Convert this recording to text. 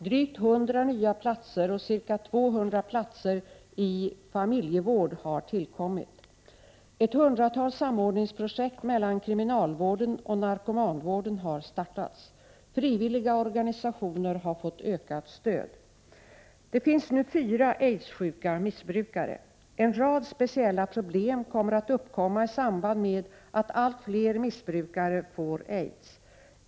Drygt 100 nya platser och ca 200 platser i familjevård har tillkommit. Ett hundratal samordningsprojekt mellan kriminalvården och narkomanvården har startats. Frivilliga organisationer har fått ökat stöd. Det finns nu fyra aidssjuka missbrukare. En rad speciella problem kommer att uppstå i samband med att allt fler missbrukare får aids.